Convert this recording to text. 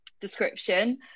description